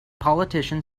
politician